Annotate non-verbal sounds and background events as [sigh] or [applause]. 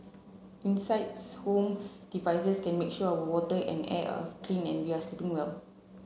insides home devices can make sure our water and air are [unintelligible] clean and we are sleeping well